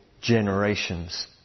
generations